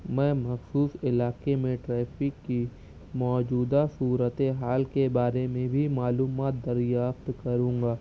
میں مخصوص علاقے میں ٹریفک کی موجودہ صورت حال کے بارے میں بھی معلومات دریافت کروں گا